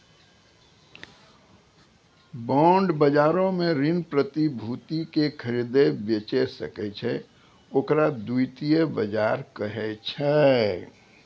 bond बजारो मे ऋण प्रतिभूति के खरीदै बेचै सकै छै, ओकरा द्वितीय बजार कहै छै